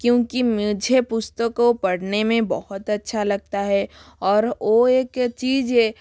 क्योंकि मुझे पुस्तक को पढने में बहुत अच्छा लगता है और ओ एक चीज है